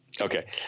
okay